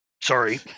Sorry